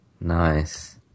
Nice